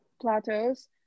plateaus